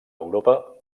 europa